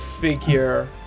figure